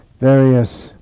various